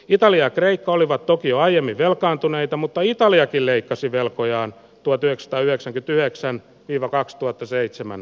italia kreikka olivat toki jo aiemmin velkaantuneita mutta italia ei leikkasi velkojaan tuo tekstailleet sänky työ psan kiva kaksituhattaseitsemän